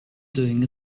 doing